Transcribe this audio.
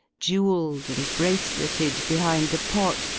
jewelled and braceleted. behind the pot,